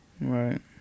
Right